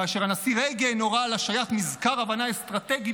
כאשר הנשיא רייגן הורה על השעיית מזכר הבנה אסטרטגי